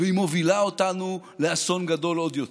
והיא מובילה אותנו לאסון גדול עוד יותר.